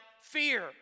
fear